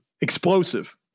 Explosive